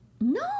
No